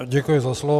Děkuji za slovo.